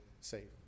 safe